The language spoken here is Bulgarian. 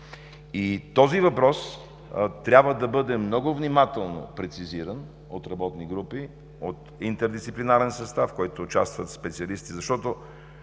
И този въпрос трябва да бъде много внимателно прецизиран от работни групи, от интердисциплинарен състав, в който участват специалисти, защото